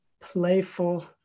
playful